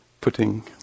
putting